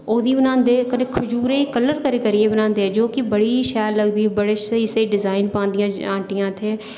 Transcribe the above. ओह्दी बनांदे कन्नै खजूरें गी कलर बनाई बनाई बनांदे जोकी बड़ी शैल लगदी बड़े शैल डिजाईन पांदियां आंटियां इत्थै